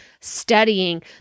studying